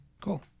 Cool